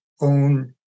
own